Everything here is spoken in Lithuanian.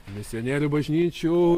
misionierių bažnyčių